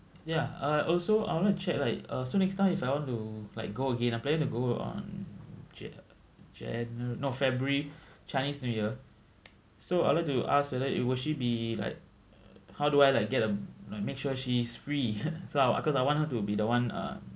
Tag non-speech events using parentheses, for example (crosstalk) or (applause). ya ah also I want to check right uh so next time if I want to like go again I'm planning to go on jan~ janu~ no february chinese new year so I'd like to ask whether it will she be like how do I like get a you know make sure she is free (laughs) so I because I want her to be the one uh